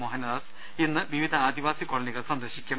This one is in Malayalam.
മോഹനദാസ് ഇന്ന് വിവിധ ആദിവാസി കോളനികൾ സന്ദർശിക്കും